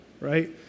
right